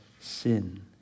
sin